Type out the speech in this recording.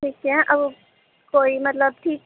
ٹھیک ہے اور کوئی مطلب ٹھیک